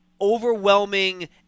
overwhelming